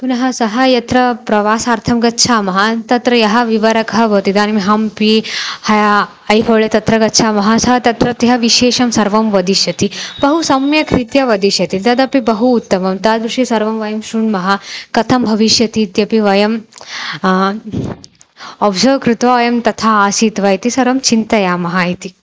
पुनः सः यत्र प्रवासार्थं गच्छामः तत्र यः विवरखः भवति इदानीं हम्पि हया ऐहोळे तत्र गच्छामः सः तत्रत्यः विशेषं सर्वं वदिष्यति बहु सम्यक् रीत्या वदिष्यति तदपि बहु उत्तमं तादृशी सर्वं वयं शृण्मः कथं भविष्यति इत्यपि वयं अब्सर्व् कृत्वा वयं तथा आसीत् वा इति सर्वं चिन्तयामः इति